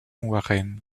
warren